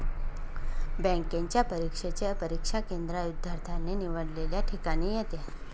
बँकेच्या परीक्षेचे परीक्षा केंद्र विद्यार्थ्याने निवडलेल्या ठिकाणी येते